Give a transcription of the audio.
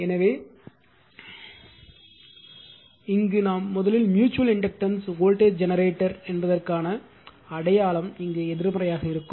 எனவே இங்கு நாம் முதலில் ம்யூச்சுவல் இண்டக்டன்ஸ் வோல்டேஜ் ஜெனரேட்டர் என்பதற்கான அடையாளம் எதிர்மறையாக இருக்கும்